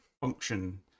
function